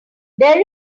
there